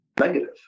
negative